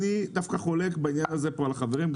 אני דווקא חולק בעניין הזה על החברים,